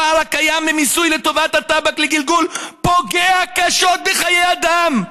הפער הקיים במיסוי לטובת הטבק לגלגול פוגע קשות בחיי אדם.